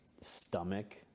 stomach